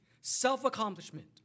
self-accomplishment